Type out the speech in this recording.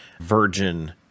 Virgin